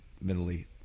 mentally